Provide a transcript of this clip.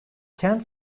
kent